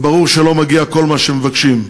וברור שלא מגיע כל מה שמבקשים.